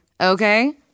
okay